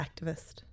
activist